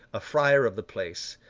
a friar of the place.